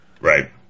Right